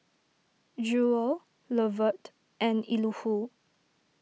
Jewel Lovett and Elihu